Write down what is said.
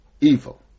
evil